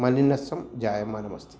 मलिनस्वं जायमानमस्ति